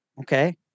Okay